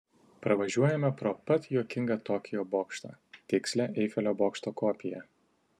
pravažiuojame pro pat juokingą tokijo bokštą tikslią eifelio bokšto kopiją